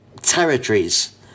territories